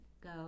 go